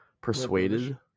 persuaded